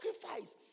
sacrifice